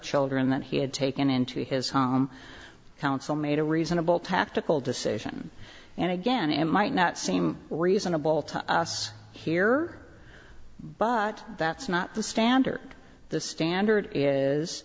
children that he had taken into his home counsel made a reasonable tactical decision and again it might not seem reasonable to us here but that's not the standard the standard is